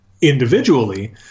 individually